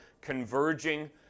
converging